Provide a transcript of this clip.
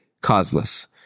causeless